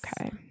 Okay